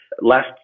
last